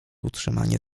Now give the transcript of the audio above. utrzymanie